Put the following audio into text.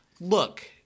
Look